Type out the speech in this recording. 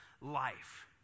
life